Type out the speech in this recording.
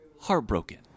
heartbroken